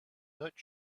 not